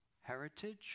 heritage